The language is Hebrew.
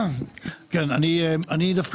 אני דווקא